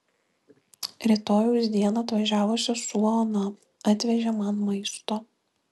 rytojaus dieną atvažiavo sesuo ona atvežė man maisto